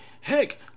Heck